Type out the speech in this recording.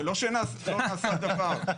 לא שלא נעשה דבר.